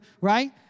right